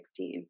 2016